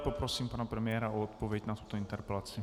Poprosím pana premiéra o odpověď na tuto interpelaci.